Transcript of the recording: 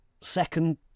second